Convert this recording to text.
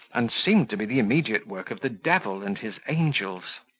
and seemed to be the immediate work of the devil and his angels.